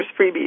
freebies